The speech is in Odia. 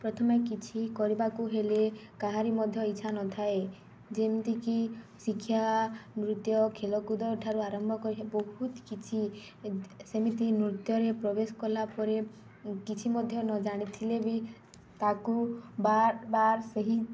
ପ୍ରଥମେ କିଛି କରିବାକୁ ହେଲେ କାହାରି ମଧ୍ୟ ଇଚ୍ଛା ନଥାଏ ଯେମିତିକି ଶିକ୍ଷା ନୃତ୍ୟ ଖେଲକୁଦ ଠାରୁ ଆରମ୍ଭ କରି ବହୁତ କିଛି ସେମିତି ନୃତ୍ୟରେ ପ୍ରବେଶ କଲା ପରେ କିଛି ମଧ୍ୟ ନ ଜାଣିଥିଲେ ବି ତାକୁ ବାର୍ ବାର୍ ସେହି